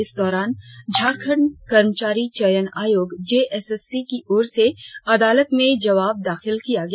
इस दौरान झारखंड कर्मचारी चयन आयोग जेएसएससी की ओर से अदालत में जवाब दाखिल किया गया